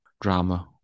drama